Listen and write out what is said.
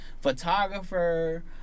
Photographer